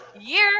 year